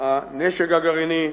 הנשק הגרעיני,